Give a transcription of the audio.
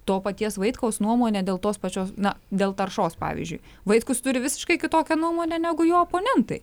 to paties vaitkaus nuomone dėl tos pačios na dėl taršos pavyzdžiui vaitkus turi visiškai kitokią nuomonę negu jo oponentai